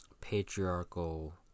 patriarchal